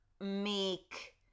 make